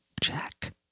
Jack